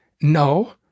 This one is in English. No